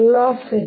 ಮತ್ತು H0